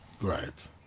right